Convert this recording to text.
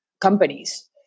companies